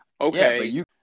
okay